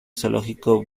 zoológico